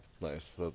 Nice